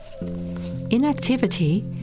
Inactivity